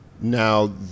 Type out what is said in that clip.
now